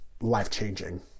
life-changing